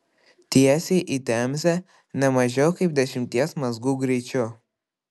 tiesiai į temzę ne mažiau kaip dešimties mazgų greičiu